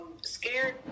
Scared